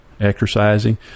exercising